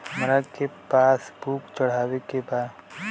हमरा के पास बुक चढ़ावे के बा?